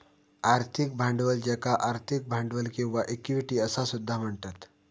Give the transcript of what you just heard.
आर्थिक भांडवल ज्याका आर्थिक भांडवल किंवा इक्विटी असा सुद्धा म्हणतत